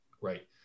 right